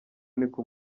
niko